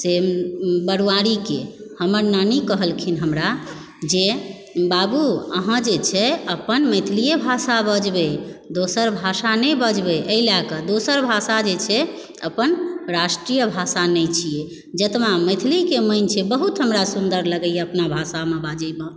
से बरुआरीके हमर नानी कहलखिन हमरा जे बाबू अहाँ जे छै अपन मैथिलीए भाषा बजबय दोसर भाषा नहि बजबय एहि लएकऽ दोसर भाषा जे छै अपन राष्ट्रीय भाषा नहि छियै जतबा मैथिलीके मान छै बहुत हमरा सुन्दर लगयए अपना भाषामे बजयमऽ